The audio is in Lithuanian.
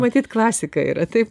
matyt klasika yra taip